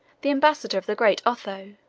the ambassador of the great otho,